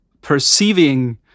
perceiving